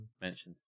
mentioned